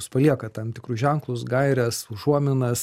jūs paliekat tam tikrus ženklus gaires užuominas